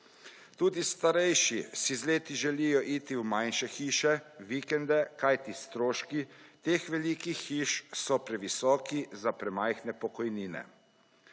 Tudi starejši si z leti želijo iti v manjše hiše, vikende, kajti stroški teh velikih hiš so previsoki z premajhne pokojnine.